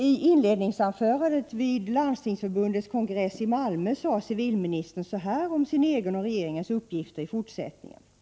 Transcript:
I inledningsanförandet vid Landstingsförbundets kongress i Malmö sade civilministern så här om sin egen och regeringens uppgifter i fortsättningen: 51 Prot.